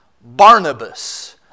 Barnabas